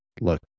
look